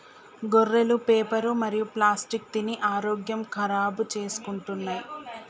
గొర్రెలు పేపరు మరియు ప్లాస్టిక్ తిని ఆరోగ్యం ఖరాబ్ చేసుకుంటున్నయ్